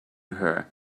her